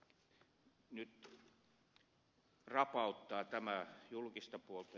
nyt tämä rapauttaa julkista puolta